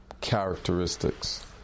characteristics